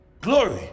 Glory